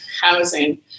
housing